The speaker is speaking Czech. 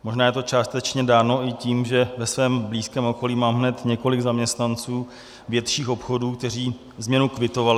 Možná je to částečně dáno i tím, že ve svém blízkém okolí mám hned několik zaměstnanců větších obchodů, kteří změnu kvitovali.